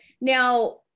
Now